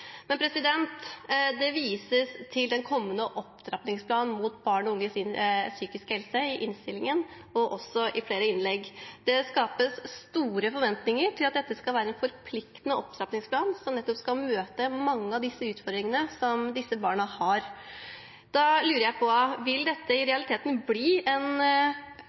vises det til den kommende opptrappingsplanen for barn og unges psykiske helse. Det skapes store forventninger til at dette skal være en forpliktende opptrappingsplan som nettopp skal møte mange av utfordringene som disse barna har. Da lurer jeg på: Vil dette i realiteten bli en